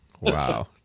Wow